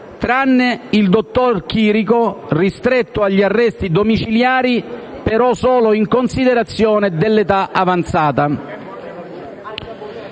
tranne il dottor Chirico, ristretto agli arresti domiciliari però solo in considerazione dell'età avanzata.